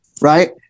right